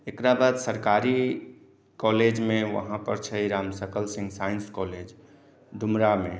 एकरा बाद सरकारी कॉलेज मे वहाँ पर छै राम शक्ल सिंह साइयन्स कॉलेज डुमरा मे